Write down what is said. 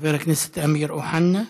חבר הכנסת אמיר אוחנה,